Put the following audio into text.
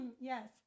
Yes